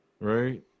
right